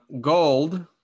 Gold